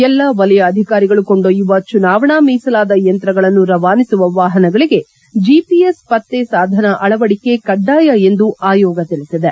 ಎಲ್ಲ ವಲಯ ಅಧಿಕಾರಿಗಳು ಕೊಂಡೊಯ್ಯುವ ಚುನಾವಣಾ ಮೀಸಲಾದ ಯಂತ್ರಗಳನ್ನು ರವಾನಿಸುವ ವಾಪನಗಳಿಗೆ ಜಿಪಿಎಸ್ ಪತ್ತೆ ಸಾಧನ ಅಳವಡಿಕೆ ಕಡ್ಡಾಯ ಎಂದು ಆಯೋಗ ತಿಳಿಸಿದೆ